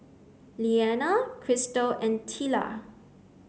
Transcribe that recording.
Lilliana Kristal and Tilla